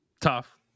tough